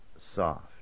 soft